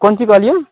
कोन चीज कहलिए